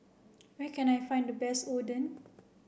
where can I find the best Oden